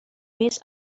risks